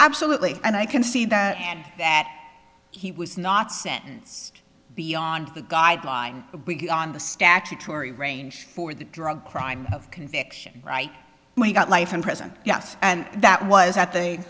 absolutely and i can see that and that he was not sentence beyond the guideline on the statutory range for the drug crime of conviction right when he got life in prison yes and that was at the